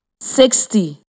Sixty